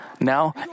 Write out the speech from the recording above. now